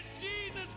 Jesus